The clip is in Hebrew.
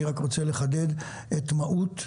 אני רק רוצה לחדד את מהות המפגש: